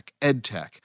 edtech